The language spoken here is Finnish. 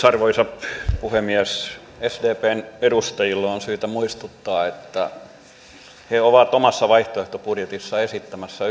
arvoisa puhemies sdpn edustajia on syytä muistuttaa että he ovat omassa vaihtoehtobudjetissaan esittämässä